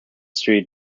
street